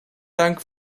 dank